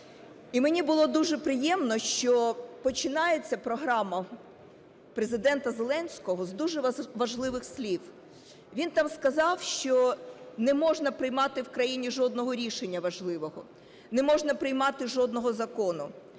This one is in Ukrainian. мені було дуже приємно, що починається програма Президента Зеленського з дуже важливих слів. Він там сказав, що не можна приймати в країні жодного рішення важливого, не можна приймати жодного закону,